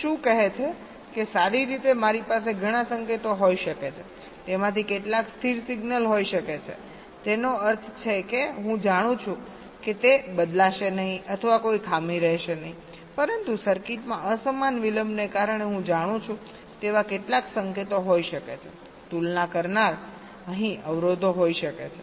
તે શું કહે છે કે સારી રીતે મારી પાસે ઘણા સંકેતો હોઈ શકે છે તેમાંથી કેટલાક સ્થિર સિગ્નલ હોઈ શકે છે તેનો અર્થ છે કે હું જાણું છું કે તે બદલાશે નહીં અથવા કોઈ ખામી રહેશે નહીં પરંતુ સર્કિટમાં અસમાન વિલંબને કારણે હું જાણું છું તેવા કેટલાક સંકેતો હોઈ શકે છે તુલના કરનાર અહીં અવરોધો હોઈ શકે છે